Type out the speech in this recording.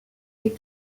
les